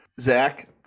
Zach